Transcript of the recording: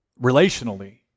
Relationally